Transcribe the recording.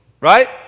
Right